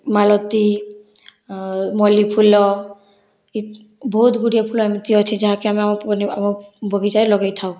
ମାଲତି ମଲ୍ଲି ଫୁଲ ଇ ବହୁତ ଗୁଡ଼ିଏ ଫୁଲ ଏମିତି ଅଛି ଯାହାକି ଆମେ ଆମ ପରି ଆମ ବଗିଚାରେ ଲଗାଇଥାଉ